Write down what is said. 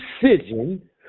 decision